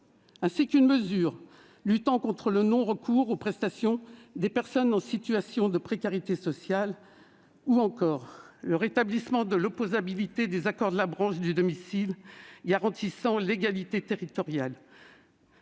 une mesure destinée à lutter contre le non-recours aux prestations par les personnes en situation de précarité sociale ; ou encore le rétablissement de l'opposabilité des accords de la branche du domicile garantissant l'égalité territoriale.